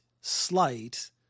slight